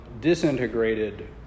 disintegrated